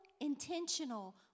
intentional